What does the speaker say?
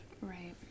Right